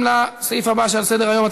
39 בעד, אין מתנגדים, אין נמנעים.